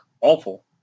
awful